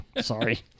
Sorry